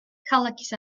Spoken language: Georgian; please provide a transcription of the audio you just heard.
ქალაქის